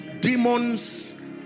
demons